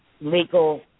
legal